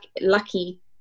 lucky